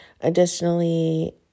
Additionally